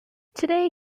today